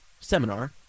seminar